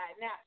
Now